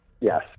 Yes